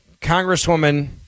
Congresswoman